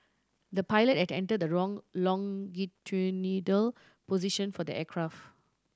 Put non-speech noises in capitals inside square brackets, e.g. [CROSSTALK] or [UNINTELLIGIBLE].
the pilot had enter the wrong [UNINTELLIGIBLE] position for the aircraft